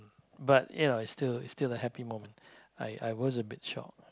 but you know it's still still a happy moment I I was a bit shocked